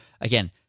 Again